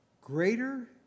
greater